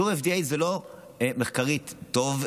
אישור FDA זה לא מחקרית טוב,